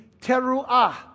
teruah